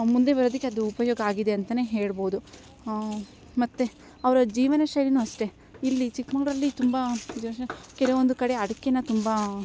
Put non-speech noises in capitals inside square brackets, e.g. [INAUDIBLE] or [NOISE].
ಮುಂದೆ ಬರೋದಕ್ಕೆ ಅದು ಉಪಯೋಗ ಆಗಿದೆ ಅಂತಾ ಹೇಳ್ಬೌದು ಮತ್ತು ಅವರ ಜೀವನ ಶೈಲಿ ಅಷ್ಟೆ ಇಲ್ಲಿ ಚಿಕ್ಕಮಂಗ್ಳೂರಲ್ಲಿ ತುಂಬ [UNINTELLIGIBLE] ಕೆಲವೊಂದು ಕಡೆ ಅಡಕೆ ತುಂಬ